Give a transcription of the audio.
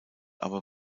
aber